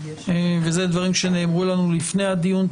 ואלה דברים שנאמרו לנו לפני הדיון,